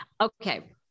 Okay